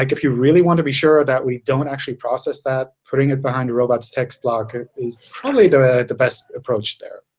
like if you really want to be sure that we don't actually process that putting it behind the robots txt block, it is probably the the best approach there.